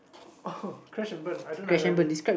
oh crash and burn I don't have any